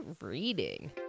reading